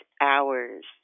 hours